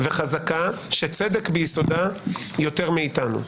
--- וחזקה שצדק ביסודה יותר מאתנו.